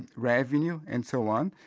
and revenue and so on,